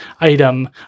item